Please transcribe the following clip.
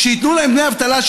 שייתנו להם דמי אבטלה,